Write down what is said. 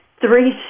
three